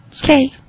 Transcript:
Okay